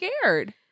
scared